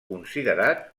considerat